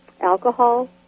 alcohol